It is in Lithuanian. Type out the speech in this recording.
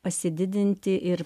pasididinti ir